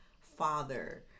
father